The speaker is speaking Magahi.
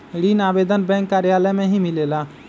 ऋण आवेदन बैंक कार्यालय मे ही मिलेला?